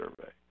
survey